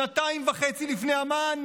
שנתיים וחצי לפני אמ"ן,